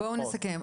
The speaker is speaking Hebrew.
בואו נסכם.